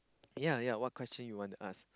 yea yea what question you want to ask